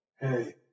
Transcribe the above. Hey